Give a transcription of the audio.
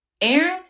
Aaron